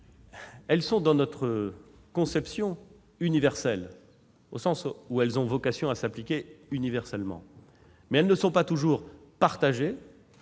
Elles sont dans notre conception universelle : elles ont vocation à s'appliquer universellement. Mais elles ne sont pas toujours partagées,